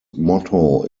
motto